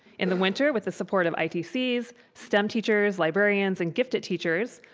in the winter, with the support of itcs, stem teachers, librarians and gifted teachers,